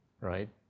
right